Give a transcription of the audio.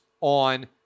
on